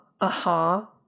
aha